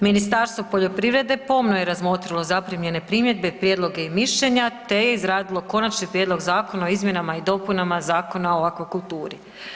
Ministarstvo poljoprivrede pomno je razmotrilo zaprimljene primjedbe, prijedloge i mišljenja te je izradilo Konačni prijedlog Zakona o izmjenama i dopunama Zakona o akvakulturi.